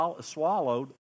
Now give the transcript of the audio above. swallowed